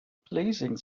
pleasing